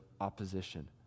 opposition